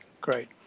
great